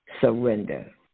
surrender